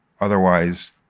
otherwise